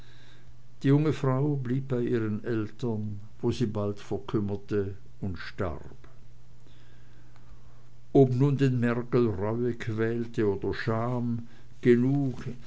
die junge frau blieb bei ihren eltern wo sie bald verkümmerte und starb ob nun den mergel reue quälte oder scham genug